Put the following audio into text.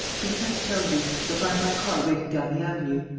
do as i tell you. you'll find my car waiting down the avenue.